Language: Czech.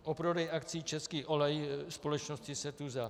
O prodej akcií Český olej společnosti Setuza.